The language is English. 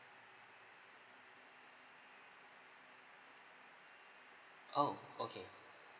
oh okay